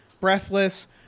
Breathless